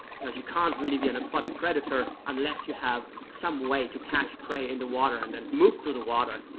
because you can't really be an aquatic predator unless you have some way to catch prey in the water and and move through the water.